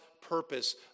purpose